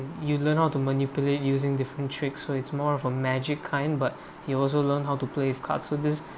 you learn how to manipulate using different tricks so it's more of a magic kind but you also learn how to play with cards so this